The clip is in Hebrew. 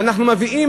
ואנחנו מביאים,